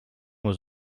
was